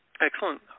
Excellent